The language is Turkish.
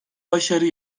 başarı